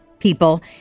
people